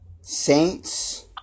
Saints